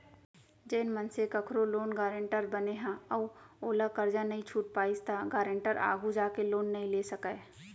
जेन मनसे कखरो लोन गारेंटर बने ह अउ ओहा करजा नइ छूट पाइस त गारेंटर आघु जाके लोन नइ ले सकय